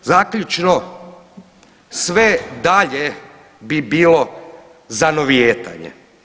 Zaključno, sve dalje bi bilo zanovijetanje.